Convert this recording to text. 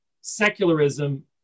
secularism